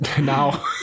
Now